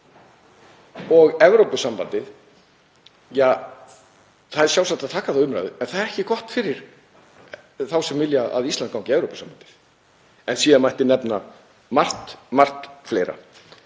og Evrópusambandið — ja, það er sjálfsagt að taka þá umræðu en það er ekki gott fyrir þá sem vilja að Ísland gangi í Evrópusambandið. Síðan mætti nefna margt fleira.